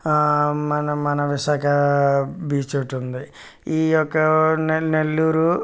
మన మన విశాఖ బీచ్ ఒకటి ఉంది ఈ యొక్క నే నెల్లూరు